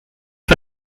for